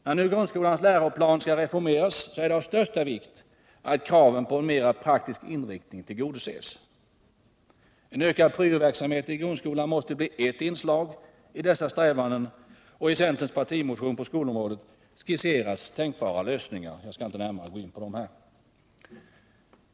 När nu grundskolans läroplan skall reformeras är det av största vikt att kraven på en mer praktisk inriktning tillgodoses. En ökad pryoverksamhet i grundskolan måste bli ert inslag i dessa strävanden. I centerns partimotion på skolområdet skisseras tänkbara lösningar. Jag skall inte närmare gå in på dem nu.